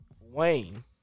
Wayne